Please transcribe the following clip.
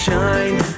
shine